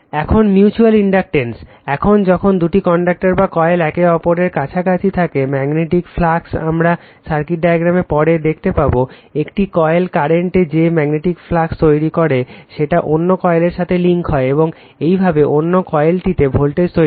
এখন mutual inductance এখন যখন দুটি ইন্ডাক্টর বা কয়েল একে অপরের কাছাকাছি থাকে ম্যাগনেটিক ফ্লাক্স আমরা সার্কিট ডায়াগ্রামে পরে দেখতে পাব একটি কয়েলে কারেন্ট যে ম্যাগনেটিক ফ্লাক্স তৈরী করে সেটা অন্য কয়েলের সাথে লিঙ্ক হয় এবং এইভাবে অন্য কয়েলটিতে ভোল্টেজ তৈরী করে